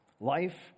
life